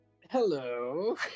Hello